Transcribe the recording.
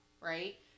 right